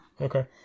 Okay